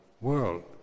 world